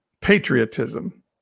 patriotism